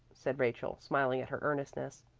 said rachel, smiling at her earnestness.